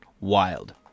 Wild